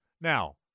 Now